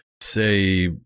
say